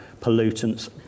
pollutants